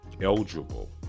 eligible